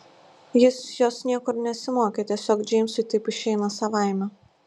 jis jos niekur nesimokė tiesiog džeimsui taip išeina savaime